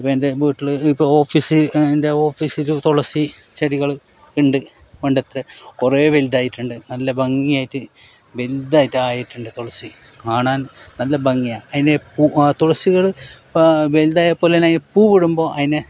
ഇത് എന്റെ വീട്ടിൽ ഇപ്പോൾ ഓഫീസിൽ എന്റെ ഓഫീസിൽ തുളസി ചെടികൾ ഉണ്ട് പണ്ടത്തെ കുറേ വലുതായിട്ടുണ്ട് നല്ല ഭംഗിയായിട്ട് വലുതായി ആയിട്ടുണ്ട് തുളസി കാണാൻ നല്ല ഭംഗിയാണ് ഇനിയിപ്പോൾ തുളസികൾ ഇപ്പോൾ വലുതായപ്പോൾ തന്നെ പുവിടുമ്പോൾ അതിനെ